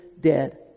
dead